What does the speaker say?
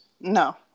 No